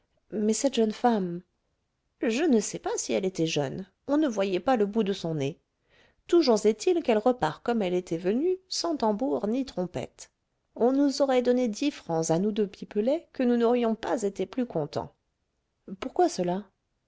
mais cette jeune femme je ne sais pas si elle était jeune on ne voyait pas le bout de son nez toujours est-il qu'elle repart comme elle était venue sans tambour ni trompette on nous aurait donné dix francs à nous deux alfred que nous n'aurions pas été plus contents pourquoi cela